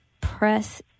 press